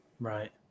right